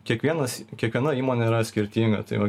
kiekvienas kiekviena įmonė yra skirtinga tai va